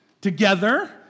Together